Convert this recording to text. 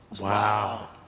wow